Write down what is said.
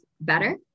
better